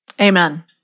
Amen